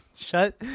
Shut